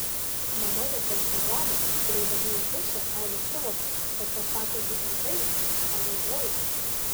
mama netenka žado ir eidama į dušą eva suvokia kad pasakė būtent tai ką galvoja